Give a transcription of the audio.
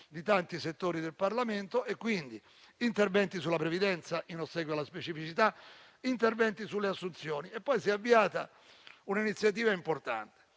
di tanti settori del Parlamento. Ci sono quindi interventi sulla previdenza, in ossequio alla specificità, e interventi sulle assunzioni. Poi si è avviata un'iniziativa importante,